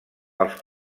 els